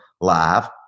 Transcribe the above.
live